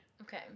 Okay